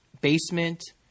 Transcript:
basement